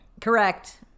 Correct